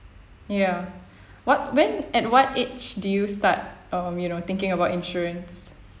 ya what when at what age did you start um you know thinking about insurance